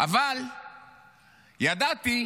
אבל ידעתי,